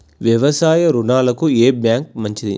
వ్యవసాయ రుణాలకు ఏ బ్యాంక్ మంచిది?